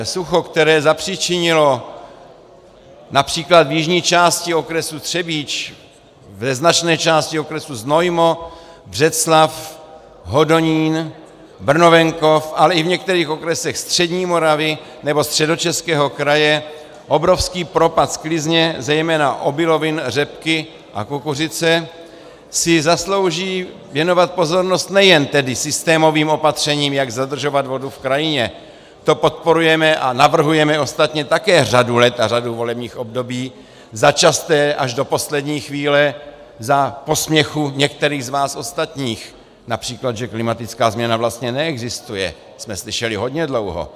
Sucho, které zapříčinilo například v jižní části okresu Třebíč, ve značné části okresu Znojmo, Břeclav, Hodonín, Brnovenkov, ale i v některých okresech střední Moravy nebo Středočeského kraje obrovský propad sklizně, zejména obilovin, řepky a kukuřice, si zaslouží věnovat pozornost nejen tedy systémovým opatřením, jak zadržovat vodu v krajině, to podporujeme a navrhujeme ostatně také řadu let a řadu volebních období začasté až do poslední chvíle za posměchu některých z vás ostatních, například že klimatická změna vlastně neexistuje, jsme slyšeli hodně dlouho.